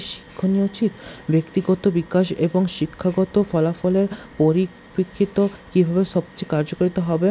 শিক্ষণীয় উচিত ব্যক্তিগত বিকাশ এবং শিক্ষাগত ফলাফলের পরিপ্রেক্ষিত কীভাবে সবচেয়ে কার্যকারিত হবে